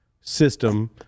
system